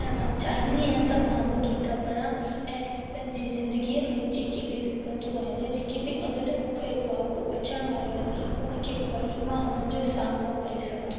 ऐं मां चाहींदी आहियां त मां बि गीता पढ़ा ऐं पंहिंजे ज़िंदगीअ में जेके बि दिक़तूं आहिनि जेके बि अॻिते मूंखे रुकावटूं अचणु वारियूं आहिनि हुन खे पढ़ी मां हुननि जो सामिनो करे सघां